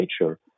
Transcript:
nature